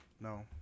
no